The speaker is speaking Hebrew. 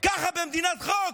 ככה במדינת חוק?